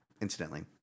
incidentally